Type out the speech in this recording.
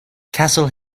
castle